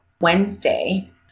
Wednesday